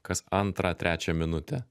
kas antrą trečią minutę